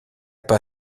pas